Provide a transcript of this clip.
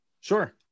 sure